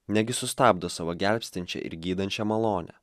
negi sustabdo savo gelbstinčią ir gydančią malonę